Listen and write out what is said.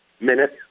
Minutes